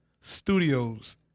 studios